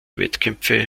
wettkämpfe